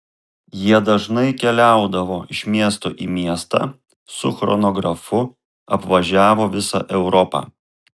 jie dažnai keliaudavo iš miesto į miestą su chronografu apvažiavo visą europą